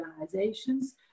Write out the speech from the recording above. organizations